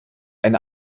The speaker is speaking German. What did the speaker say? eine